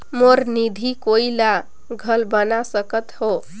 मोर निधि कोई ला घल बना सकत हो?